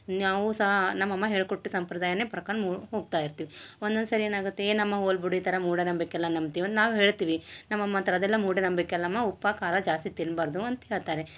ನಾವು ಸಹ ನಮ್ಮಮ್ಮ ಹೇಳ್ಕೊಟ್ಟು ಸಂಪ್ರದಾಯನೆ ಪ್ರಕನ್ ಮೂಗ್ತಾ ಇರ್ತೀವಿ ಒಂದೊಂದು ಸರಿ ಏನಾಗತ್ತೆ ಏನಮ್ಮ ಹೋಲಿ ಬಿಡು ಈ ಥರ ಮೂಢನಂಬಿಕೆಲ್ಲ ನಂಬ್ತೀವನ್ ನಾವು ಹೇಳ್ತೀವಿ ನಮ್ಮಮ್ಮ ಅಂತಾರ ಅದೆಲ್ಲ ಮೂಢನಂಬಿಕೆಯಲ್ಲಮ ಉಪ್ಪು ಖಾರ ಜಾಸ್ತಿ ತಿನ್ಬಾರದು ಅಂತ ಹೇಳ್ತಾರೆ